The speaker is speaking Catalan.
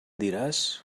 diràs